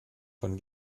von